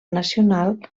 nacional